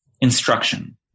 instruction